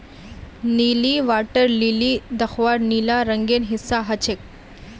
नीली water lily दख्वार नीला रंगेर हिस्सा ह छेक